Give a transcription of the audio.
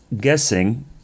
guessing